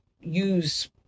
use